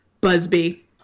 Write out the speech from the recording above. busby